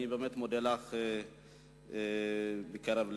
ואני באמת מודה לך מקרב לב.